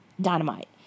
dynamite